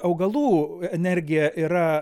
augalų energija yra